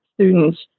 students